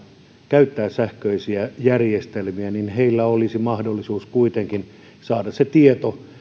käyttää sähköisiä järjestelmiä olisi mahdollisuus kuitenkin saada se tieto